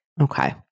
Okay